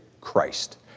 Christ